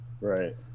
Right